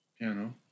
piano